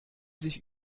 sich